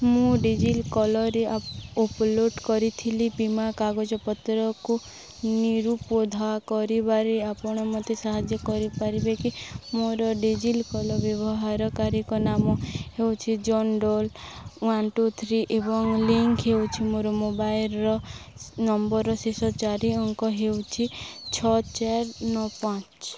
ମୁଁ Digi ଲକର୍ରେ app upload କରିଥିଲି ବୀମା କାଗଜପତ୍ରକୁ ନିରୁପଦ୍ଧା କରିବାରେ ଆପଣ ମୋତେ ସାହାଯ୍ୟ କରିପାରିବେ କି ମୋର ଡି ଜି ଲକର୍ ବ୍ୟବହାରକାରୀ ନାମ ହେଉଛି John Dole one two three ଏବଂ ଲିଙ୍କ୍ ହେଉଛି ମୋର ମୋବାଇଲ୍ର ନମ୍ବର୍ର ଶେଷ ଚାରି ଅଙ୍କ ହେଉଛି ଛଅ ଚାର ନଅ ପାଞ୍ଚ